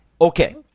Okay